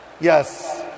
Yes